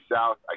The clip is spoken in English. South